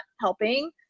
helping